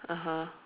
(uh huh)